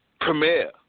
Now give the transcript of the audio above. Premier